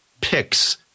picks